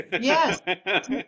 Yes